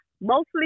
mostly